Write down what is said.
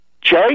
Jay